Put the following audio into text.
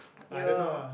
aiyo